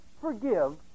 forgive